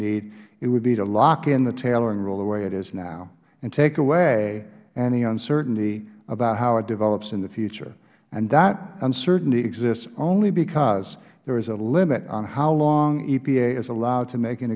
need it would be to lock in the tailoring rule the way it is now and take away any uncertainty about how it develops in the future and that uncertainty exists only because there is a limit on how long epa is allowed to make an